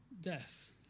death